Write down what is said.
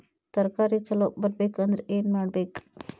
ತರಕಾರಿ ಛಲೋ ಬರ್ಬೆಕ್ ಅಂದ್ರ್ ಏನು ಮಾಡ್ಬೇಕ್?